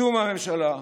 צאו מהממשלה,